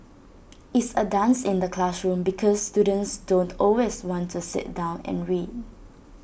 it's A dance in the classroom because students don't always want to sit down and read